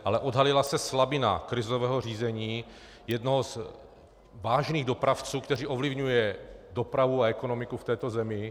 Ale odhalila se slabina krizového řízení jednoho z vážných dopravců, který ovlivňuje dopravu a ekonomiku v této zemi.